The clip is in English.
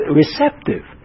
receptive